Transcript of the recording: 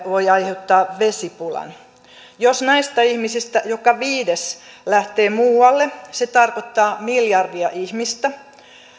voi aiheuttaa vesipulan jos näistä ihmisistä joka viides lähtee muualle se tarkoittaa miljardia ihmistä